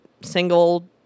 single